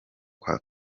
kwa